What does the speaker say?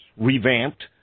revamped